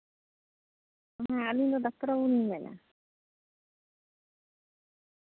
ᱦᱮᱸ ᱟᱞᱤᱧ ᱫᱚ ᱰᱟᱠᱛᱟᱨ ᱵᱟᱹᱵᱩ ᱞᱤᱧ ᱞᱟᱹᱭ ᱮᱫᱟ